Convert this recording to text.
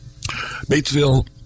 Batesville